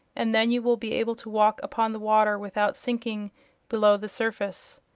and then you will be able to walk upon the water without sinking below the surface.